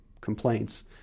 complaints